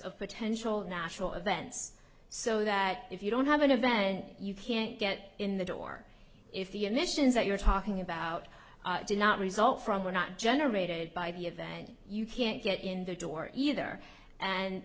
of potential natural events so that if you don't have an event you can't get in the door if the emissions that you're talking about do not result from we're not generated by the event you can't get in the door either and